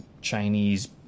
Chinese